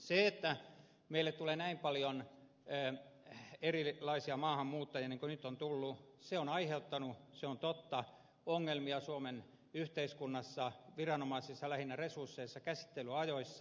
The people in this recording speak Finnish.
se että meille tulee näin paljon erilaisia maahanmuuttajia kuin nyt on tullut on aiheuttanut se on totta ongelmia suomen yhteiskunnassa viranomaisissa lähinnä resursseissa käsittelyajoissa